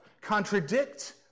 contradict